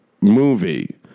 movie